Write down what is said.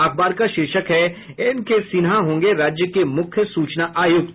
अखबार का शीर्षक है एन के सिन्हा होंगे राज्य के मुख्य सूचना आयुक्त